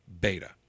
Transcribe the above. beta